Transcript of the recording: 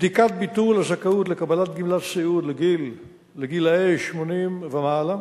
ביטול בדיקת הזכאות לקבלת גמלת סיעוד לגילאי 80 ומעלה,